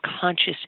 conscious